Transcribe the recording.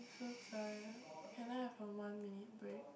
so tired can I have a one minute break